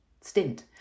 stint